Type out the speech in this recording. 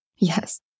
Yes